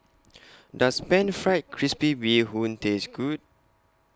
Does Pan Fried Crispy Bee Hoon Taste Good